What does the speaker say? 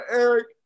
Eric